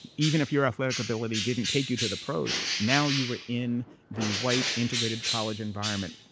even if your athletic ability didn't take you to the pros, now you were in the white integrated college environment,